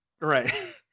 Right